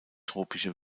tropische